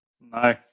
no